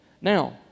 Now